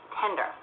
tender